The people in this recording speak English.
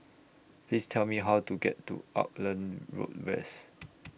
Please Tell Me How to get to Auckland Road West